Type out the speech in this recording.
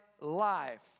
life